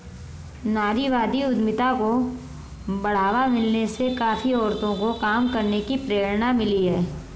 नारीवादी उद्यमिता को बढ़ावा मिलने से काफी औरतों को काम करने की प्रेरणा मिली है